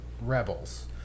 Rebels